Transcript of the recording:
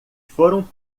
foram